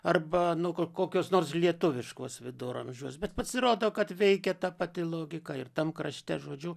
arba nu ko kokius nors lietuviškus viduramžius bet pasirodo kad veikia ta pati logika ir tam krašte žodžiu